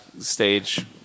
stage